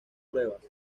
pruebas